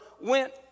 went